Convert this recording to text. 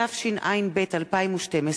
התשע"ב 2012,